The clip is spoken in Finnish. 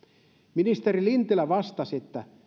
ministeri lintilä vastasi että